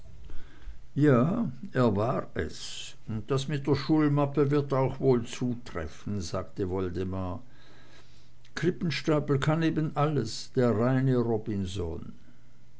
ja er war es und das mit der schulmappe wird wohl auch zutreffen sagte woldemar krippenstapel kann eben alles der reine robinson